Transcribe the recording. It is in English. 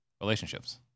relationships